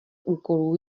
úkolů